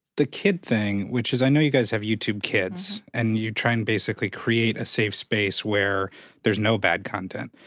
the kid thing, which is i know you guys have youtube kids. and you try and basically create a safe space where there's no bad content.